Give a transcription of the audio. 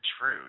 true